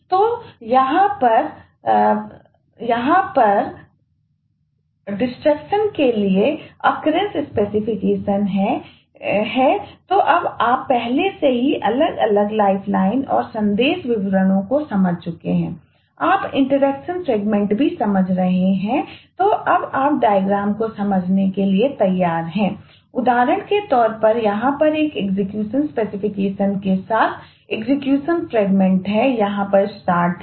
तो यहां पर डिस्ट्रक्शन है